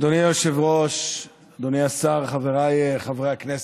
אדוני היושב-ראש, אדוני השר, חבריי חברי הכנסת,